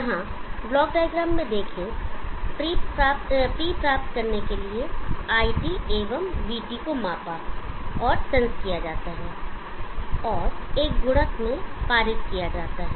यहाँ block diagram में देखें P प्राप्त करने के लिए iT एवं vT को मापा और सेंस किया जाता है और एक गुणक में पारित किया जाता है